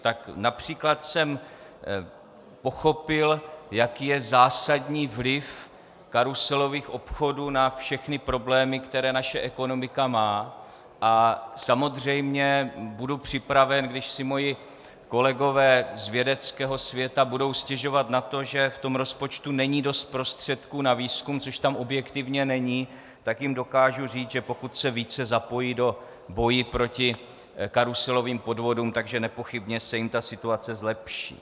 Tak například jsem pochopil, jaký je zásadní vliv karuselových obchodů na všechny problémy, které naše ekonomika má, a samozřejmě budu připraven, když si moji kolegové z vědeckého světa budou stěžovat na to, že v tom rozpočtu není dost prostředků na výzkum, což tam objektivně není, tak jim dokážu říct, že pokud se více zapojí do boje proti karuselovým podvodům, tak se jim ta situace nepochybně zlepší.